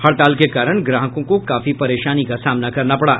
हड़ताल के कारण ग्राहकों को काफी परेशानी का सामना करना पड़ा